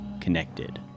connected